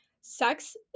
Sex